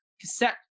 cassette